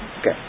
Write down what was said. Okay